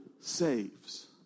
saves